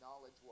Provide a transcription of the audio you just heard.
Knowledge